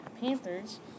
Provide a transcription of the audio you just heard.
Panthers